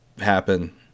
happen